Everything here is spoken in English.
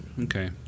Okay